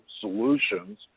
solutions